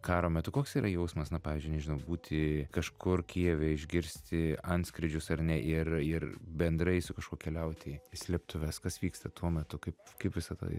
karo metu koks yra jausmas na pavyzdžiui nežinau būti kažkur kijeve išgirsti antskrydžius ar ne ir ir bendrai su kažkuo keliauti į slėptuves kas vyksta tuo metu kaip kaip visa tai